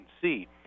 see